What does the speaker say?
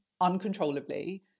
uncontrollably